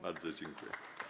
Bardzo dziękuję.